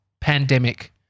Pandemic